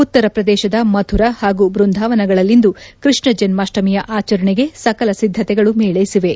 ಉತ್ತರಪ್ರದೇಶದ ಮಥುರಾ ಹಾಗೂ ಬೃಂದಾವನಗಳಲ್ಲಿಂದು ಕೃಷ್ಣ ಜನ್ನಾಷ್ಷಮಿಯ ಆಚರಣೆಗೆ ಸಕಲ ಸಿದ್ದತೆಗಳು ಮೇಳ್ಳೆಸಿವೆ